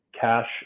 cash